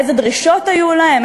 איזה דרישות היו להם?